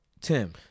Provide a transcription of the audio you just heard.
Tim